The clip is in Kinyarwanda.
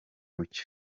mucyo